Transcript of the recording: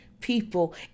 people